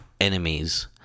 enemies